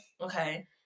Okay